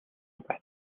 байна